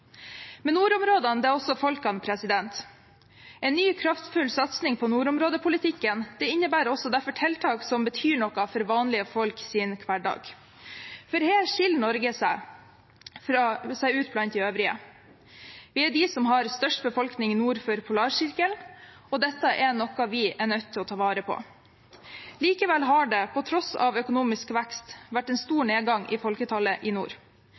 nordområdene er også folket. En ny, kraftfull satsing på nordområdepolitikken innebærer derfor også tiltak som betyr noe for vanlige folks hverdag. Her skiller Norge seg ut blant de øvrige. Vi er de som har størst befolkning nord for Polarsirkelen, og dette er noe vi er nødt til å ta vare på. Likevel har det på tross av økonomisk vekst vært en stor nedgang i folketallet i nord.